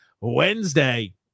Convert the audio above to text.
Wednesday